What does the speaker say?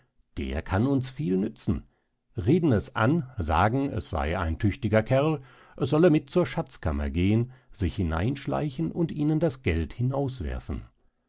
der kann uns viel nützen reden es an sagen es sey ein tüchtiger kerl es solle mit zur schatzkammer gehen sich hineinschleichen und ihnen das geld